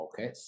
Okay